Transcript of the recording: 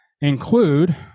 include